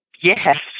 Yes